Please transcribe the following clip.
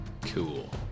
Cool